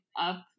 up